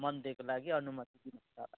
मनडेको लागि अनुमति दिनुहुन्छ होला